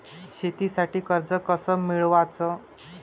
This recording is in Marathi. शेतीसाठी कर्ज कस मिळवाच?